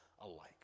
alike